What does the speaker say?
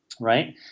right